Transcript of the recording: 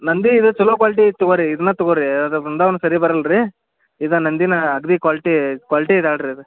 ನಂದಿ ಇದು ಚೊಲೋ ಕ್ವಾಲ್ಟಿ ಐತೆ ತಗೋರಿ ಇದನ್ನ ತಗೋರಿ ಅದು ಬೃಂದಾವನ್ ಸರಿ ಬರಲ್ಲ ರೀ ಇದು ನಂದಿನೇ ಅಗದಿ ಕ್ವಾಲ್ಟಿ ಕ್ವಾಲ್ಟಿ ಇದು ಹೇಳ್ರಿ ಅದು